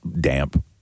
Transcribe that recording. damp